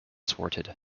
sorted